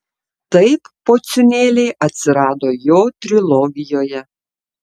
taip pociūnėliai atsirado jo trilogijoje